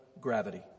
gravity